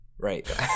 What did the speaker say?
Right